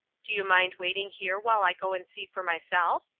do you mind waiting here while i go and see for myself?